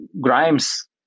Grimes